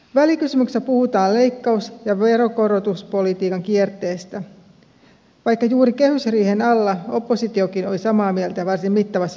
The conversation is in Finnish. välikysymyksessä puhutaan leikkaus ja veronkorotuspolitiikan kierteestä vaikka juuri kehysriihen alla oppositiokin oli samaa mieltä varsin mittavasta sopeutustarpeesta